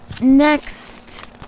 Next